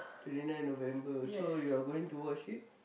twenty nine November so you are going to watch it